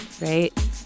right